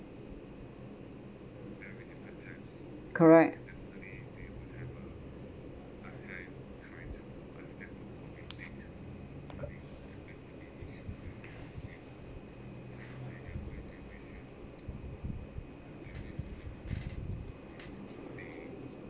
correct